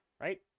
right